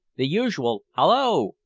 the usual hallo!